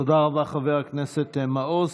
תודה רבה, חבר הכנסת מעוז.